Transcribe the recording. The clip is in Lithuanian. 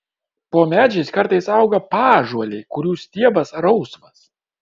po medžiais kartais auga paąžuoliai kurių stiebas rausvas